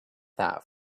that